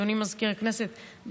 אדוני מזכיר הכנסת,